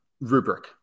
rubric